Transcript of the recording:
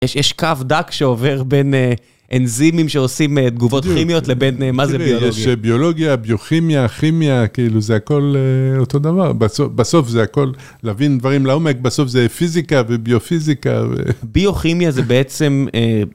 יש קו דק שעובר בין אנזימים שעושים תגובות כימיות לבין, מה זה ביולוגיה? יש ביולוגיה, ביוכימיה, כימיה, כאילו זה הכל אותו דבר. בסוף זה הכל להבין דברים לעומק, בסוף זה פיזיקה וביופיזיקה. ביוכימיה זה בעצם...